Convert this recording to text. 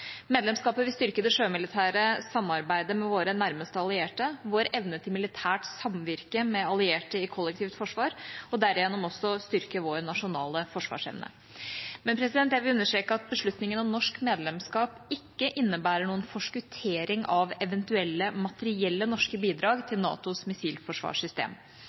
Medlemskapet vil styrke det sjømilitære samarbeidet med våre nærmeste allierte, vår evne til militært samvirke med allierte i kollektivt forsvar og derigjennom også styrke vår nasjonale forsvarsevne. Jeg vil understreke at beslutningen om norsk medlemskap ikke innebærer noen forskuttering av eventuelle materielle norske bidrag til NATOs missilforsvarssystem.